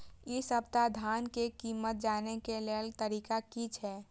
इ सप्ताह धान के कीमत जाने के लेल तरीका की छे?